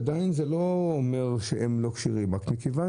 עדיין זה לא אומר שהם לא כשירים אבל מכיוון